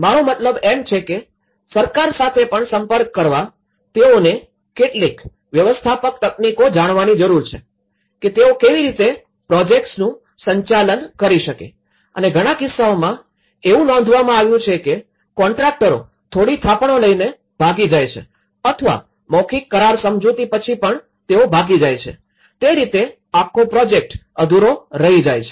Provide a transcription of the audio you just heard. મારો મતલબ એમ છે કે સરકાર સાથે પણ સંપર્ક કરવા તેઓને કેટલીક વ્યવસ્થાપક તકનીકો જાણવાની જરૂર છે કે તેઓ કેવી રીતે પ્રોજેક્ટ્સનું સંચાલન કરી શકે અને ઘણા કિસ્સાઓમાં એવું નોંધવામાં આવ્યું છે કે કોન્ટ્રાકરો થોડી થાપણો લઈને ભાગી જાય છે અથવા મૌખિક કરાર સમજૂતી પછી પણ તેઓ ભાગી જાય છે તે રીતે આખો પ્રોજેક્ટ અધૂરો રહી જાય છે